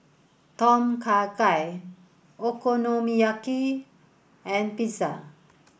Tom Kha Gai Okonomiyaki and Pizza